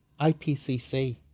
IPCC